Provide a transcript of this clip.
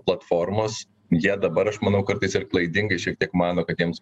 platformos jie dabar aš manau kartais ir klaidingai šiek tiek mano kad jiems